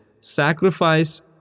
sacrifice